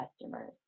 customers